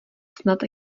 snad